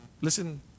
Listen